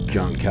John